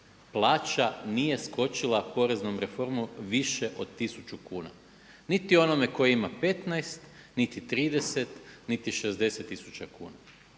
plaća nije skočila poreznom reformom više od tisuću kuna, niti onome koji ima 15, niti 30, niti 60 tisuća kuna